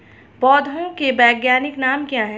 पौधों के वैज्ञानिक नाम क्या हैं?